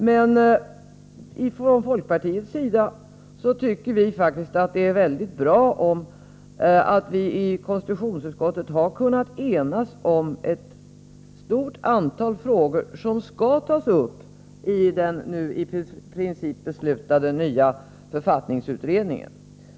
Men från folkpartiets sida tycker vi faktiskt att det är mycket bra att vi i konstitutionsutskottet har kunnat enas om ett stort antal frågor som skall tas upp i den nu i princip beslutade nya författningsutredningen.